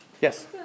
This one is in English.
Yes